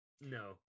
No